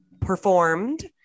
performed